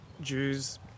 Jews